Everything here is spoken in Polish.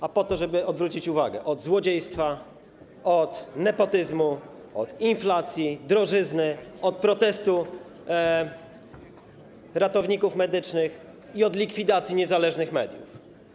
A po to, żeby odwrócić uwagę od złodziejstwa, od nepotyzmu, od inflacji, od drożyzny, od protestu ratowników medycznych i od likwidacji niezależnych mediów.